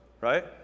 right